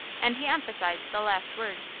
and he emphasized the last word.